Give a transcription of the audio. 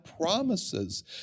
promises